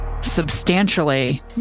substantially